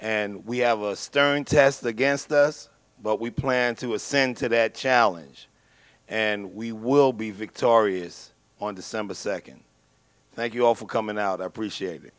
and we have a stirring test against us but we plan to ascend to that challenge and we will be victorious on december nd thank you all for coming out appreciate it